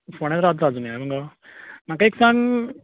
फोंड्यात रावता तुमी हय मुगो म्हाका एक सांग